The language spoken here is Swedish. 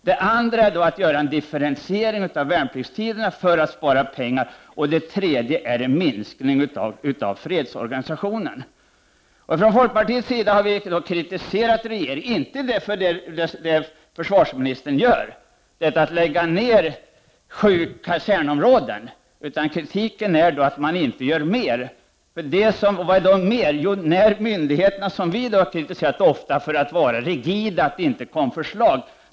Det andra skulle då vara att differentiera värnpliktstiderna för att spara pengar. Det tredje skulle vara en minskning av fredsorganisationen. Folkpartiet har inte kritiserat regeringen för vad försvarsministern gör, dvs. att lägga ned sju kasernområden, utan kritiken gäller detta att regeringen inte gör mer. Vad betyder då mer? Jo, vi har ofta kritiserat myndigheterna för att vara rigida och inte komma med förslag.